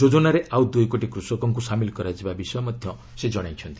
ଯୋଜନାରେ ଆଉ ଦୁଇ କୋଟି କୃଷକଙ୍କୁ ସାମିଲ କରାଯିବା ବିଷୟ ସେ କହିଛନ୍ତି